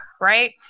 right